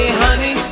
honey